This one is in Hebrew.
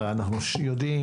הרי אנחנו יודעים,